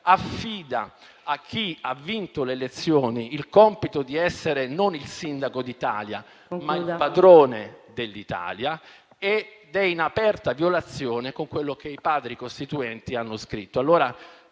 Affida a chi ha vinto le elezioni il compito di essere non il sindaco d'Italia, ma il padrone dell'Italia ed è in aperta violazione con quello che i Padri costituenti hanno scritto.